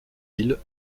îles